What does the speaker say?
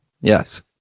Yes